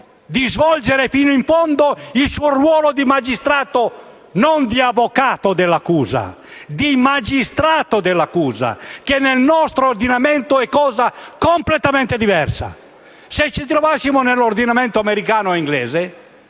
di svolgere fino in fondo il suo ruolo di magistrato: non di avvocato dell'accusa, ma di magistrato dell'accusa, che nel nostro ordinamento è cosa completamente diversa. Se ci trovassimo nell'ordinamento americano o